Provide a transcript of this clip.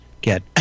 get